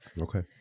Okay